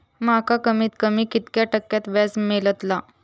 माका कमीत कमी कितक्या टक्क्यान व्याज मेलतला?